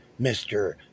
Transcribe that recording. Mr